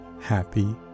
happy